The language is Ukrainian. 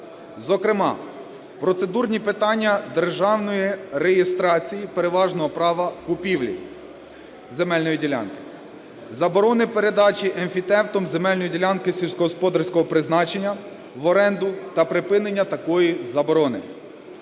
Зокрема, процедурні питання державної реєстрації переважного права купівлі земельної ділянки, заборони передачі емфітевтом земельної ділянки сільськогосподарського призначення в оренду та припинення такої заборони,